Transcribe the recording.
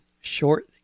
Short